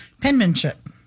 Penmanship